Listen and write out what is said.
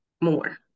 more